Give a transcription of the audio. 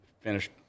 finished